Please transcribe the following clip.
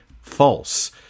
false